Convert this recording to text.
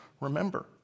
remember